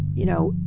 you know,